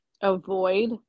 avoid